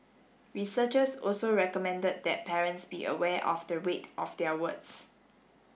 researchers also recommended that parents be aware of the weight of their words